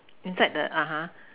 mm inside the (uh huh)